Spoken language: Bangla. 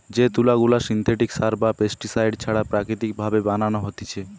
যে তুলা গুলা সিনথেটিক সার বা পেস্টিসাইড ছাড়া প্রাকৃতিক ভাবে বানানো হতিছে